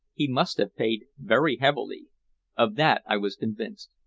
he must have paid very heavily of that i was convinced.